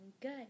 good